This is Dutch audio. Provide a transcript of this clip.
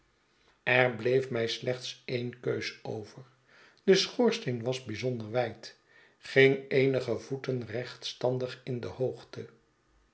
er bleef mij slechts een keus over de schoorsteen was by zonder wijd ging eenige voeten rechtstandig in de hoogte